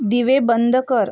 दिवे बंद कर